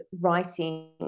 writing